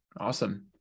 awesome